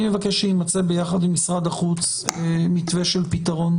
אני מבקש שיימצא ביחד עם משרד החוץ מתווה של פתרון